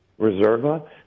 Reserva